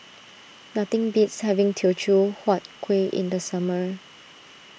nothing beats having Teochew Huat Kuih in the summer